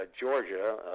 Georgia